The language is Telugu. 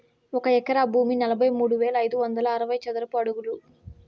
ఒక ఎకరా భూమి నలభై మూడు వేల ఐదు వందల అరవై చదరపు అడుగులు